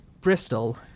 Bristol